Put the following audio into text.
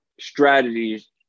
strategies